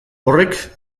horrek